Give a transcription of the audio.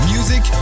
Music